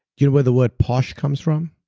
you know where the word posh comes from?